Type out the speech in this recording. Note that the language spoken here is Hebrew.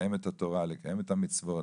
לקיים את התורה, לקיים את המצוות